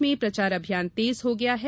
प्रदेश में प्रचार अभियान तेज हो गया है